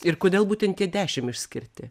ir kodėl būtent tie dešim išskirti